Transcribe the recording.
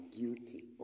guilty